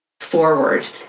forward